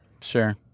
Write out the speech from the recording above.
Sure